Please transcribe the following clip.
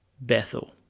Bethel